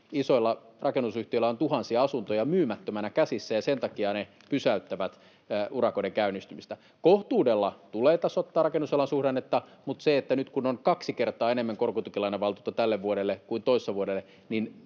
isoilla rakennusyhtiöllä on tuhansia asuntoja myymättömänä käsissä ja sen takia ne pysäyttävät urakoiden käynnistämistä? Kohtuudella tulee tasoittaa rakennusalan suhdannetta, mutta nyt kun on kaksi kertaa enemmän korkotukilainavaltuutta tälle vuodelle kuin toissa vuodelle,